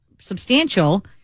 substantial